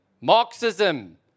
Marxism